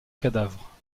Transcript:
cadavre